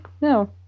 No